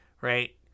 right